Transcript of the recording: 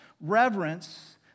reverence